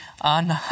on